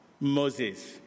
Moses